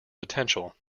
potential